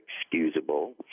excusable